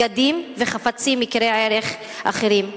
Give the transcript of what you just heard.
בגדים וחפצים יקרי ערך אחרים.